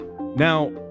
now